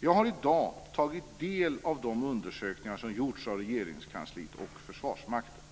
Jag har i dag tagit del av de undersökningar som gjorts av Regeringskansliet och Försvarsmakten.